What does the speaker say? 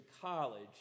college